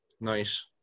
Nice